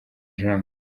jean